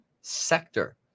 sector